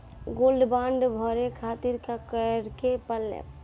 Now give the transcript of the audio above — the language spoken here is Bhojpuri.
गोल्ड बांड भरे खातिर का करेके पड़ेला?